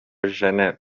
ژنو